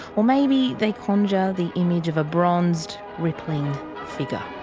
or maybe they conjure the image of a bronzed, rippling figure.